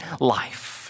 life